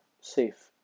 safe